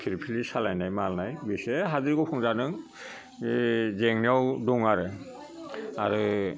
फिरफिलि सालायनाय मानाय बिसोरो हाद्रि गुफुंजादों बे जेंनायाव दं आरो आरो